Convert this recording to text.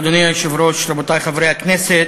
אדוני היושב-ראש, רבותי חברי הכנסת,